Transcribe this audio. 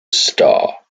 sta